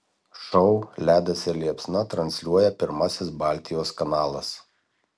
šou ledas ir liepsna transliuoja pirmasis baltijos kanalas